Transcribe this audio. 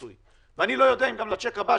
אני לא יודע אם לצ'ק הבא,